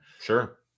Sure